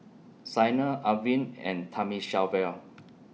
Sanal Arvind and Thamizhavel